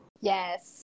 Yes